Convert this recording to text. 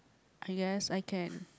I guess I can